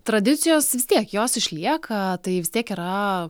tradicijos vis tiek jos išlieka tai vis tiek yra